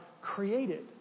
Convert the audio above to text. created